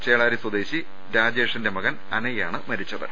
ചേളാരി സ്വദേശി രാജേഷിന്റെ മകൻ അനയ് ആണ് മരിച്ചത്